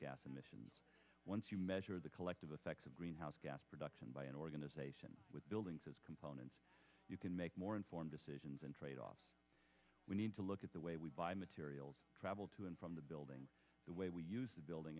gas emissions once you measure the collective effects of greenhouse gas production by an organization with buildings as components you can make more informed decisions and tradeoffs we need to look at the way we buy materials travel to and from the building the way we use the building